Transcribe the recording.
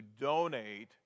donate